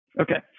Okay